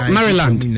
Maryland